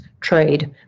trade